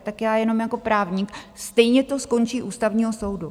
Tak já jenom jako právník stejně to skončí u Ústavního soudu.